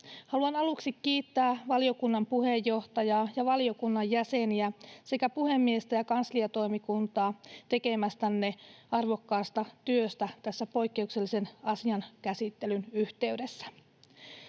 Haluan aluksi kiittää valiokunnan puheenjohtajaa ja valiokunnan jäseniä sekä puhemiestä ja kansliatoimikuntaa tekemästänne arvokkaasta työstä tämän poikkeuksellisen asian käsittelyn yhteydessä.